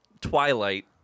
Twilight